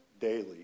daily